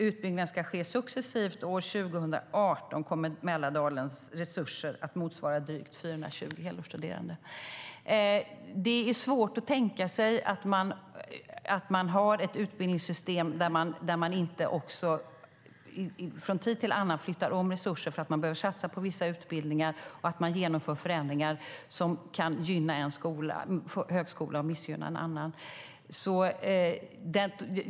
Utbyggnaden ska ske successivt, och år 2018 kommer Mälardalens högskolas resurser att motsvara drygt 420 helårsstuderande. Det är svårt att tänka sig ett utbildningssystem där man inte från tid till annan flyttar om resurser för att det behöver satsas på vissa utbildningar och det därför genomförs förändringar som kan gynna en högskola och missgynna en annan.